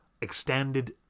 Extended